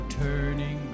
turning